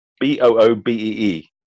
B-O-O-B-E-E